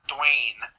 Dwayne